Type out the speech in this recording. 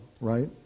right